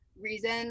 reason